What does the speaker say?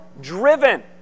driven